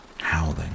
howling